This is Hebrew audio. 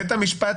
בית המשפט,